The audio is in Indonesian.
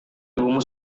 ibumu